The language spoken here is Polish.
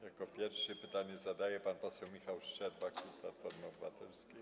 Jako pierwszy pytanie zadaje pan poseł Michał Szczerba, klub Platformy Obywatelskiej.